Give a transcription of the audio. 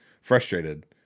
frustrated